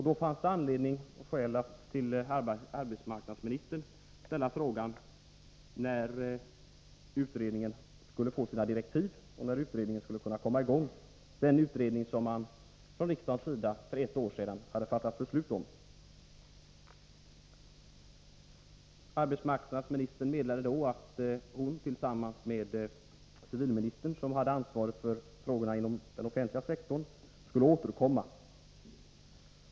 Då fanns det skäl att till arbetsmarknadsministern ställa frågan när utredningen skulle få sina direktiv och när utredningen skulle kunna komma i gång — den utredning som riksdagen för ett år sedan hade fattat beslut om. Arbetsmarknadsministern meddelade då att hon tillsammans med civilministern, som hade ansvaret för frågorna inom den offentliga sektorn, skulle återkomma.